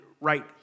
right